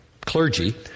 clergy